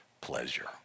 pleasure